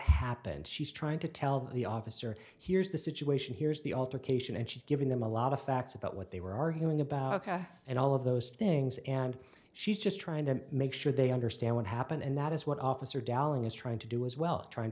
happened she's trying to tell the officer here's the situation here's the altar cation and she's giving them a lot of facts about what they were arguing about and all of those things and she's just trying to make sure they understand what happened and that is what officer dalin is trying to do as well trying